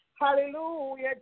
Hallelujah